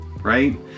Right